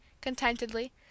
contentedly